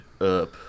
up